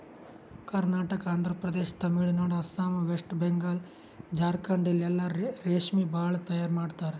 Karnataka, Andhra Pradesh, Tamil Nadu, Assam, West Bengal, Jharkhand ಇಲ್ಲೆಲ್ಲಾ ರೇಶ್ಮಿ ಭಾಳ್ ತೈಯಾರ್ ಮಾಡ್ತರ್